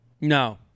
no